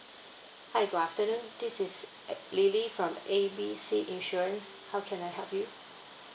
hi good afternoon this is lily from A B C insurance how can I help you